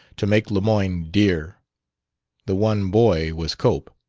to make lemoyne dear the one boy was cope.